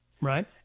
Right